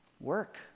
work